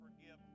forgive